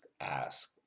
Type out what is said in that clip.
ask